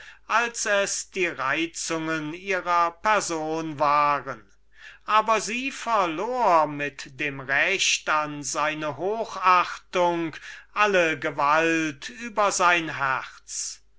als es die reizungen ihrer person waren aber sie verlor mit dem recht an seine hochachtung alle gewalt über sein herz